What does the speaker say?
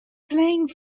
playing